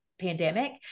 pandemic